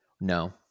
No